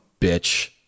bitch